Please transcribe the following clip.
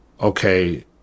okay